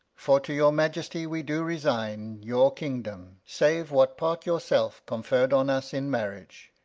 for to your majesty we do resign your kingdom, save what part your self conferr'd on us in marriage.